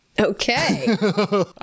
Okay